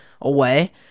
away